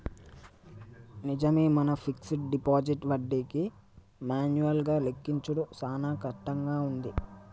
నిజమే మన fixed deposit వడ్డీకి మాన్యువల్ గా లెక్కించుడు సాన కట్టంగా ఉంది